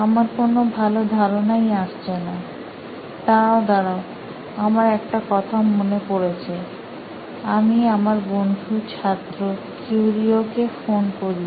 আমার কোনো ভালো ধারণাই আসছে না দাঁড়াও দাঁড়াও আমার একটা কথা মনে পড়েছে আমি আমার বন্ধু ছাত্র কিউরিও কে ফোন করি